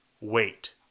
wait